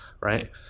Right